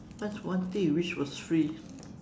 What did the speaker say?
what's one thing you wish was free